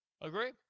Agree